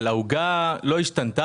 העוגה בכללותה לא משתנה.